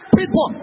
people